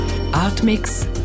Artmix